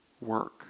work